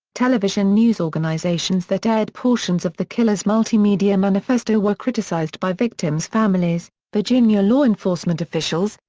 television news organizations that aired portions of the killer's multimedia manifesto were criticized by victims' families, virginia law enforcement officials,